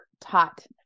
taught